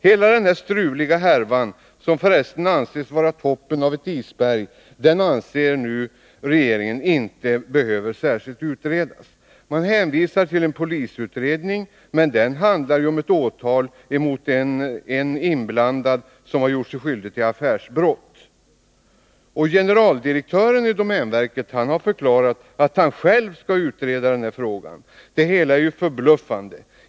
Hela denna struliga härva, som för resten anses vara toppen på ett isberg, anser regeringen inte behöver särskilt utredas. Man hänvisar till en polisutredning. Men den handlar om ett åtal mot en inblandad som har gjort sig skyldig till affärsbrott. Generaldirektören i domänverket har förklarat att han själv skall utreda frågan. Det hela är förbluffande.